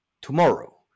tomorrow